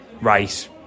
right